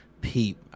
peep